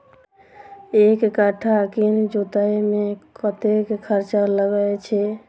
एक कट्ठा केँ जोतय मे कतेक खर्चा लागै छै?